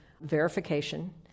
verification